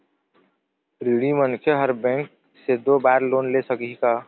ऋणी मनखे हर बैंक से दो बार लोन ले सकही का?